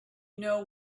know